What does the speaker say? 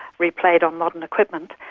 replayed on modern equipment.